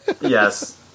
Yes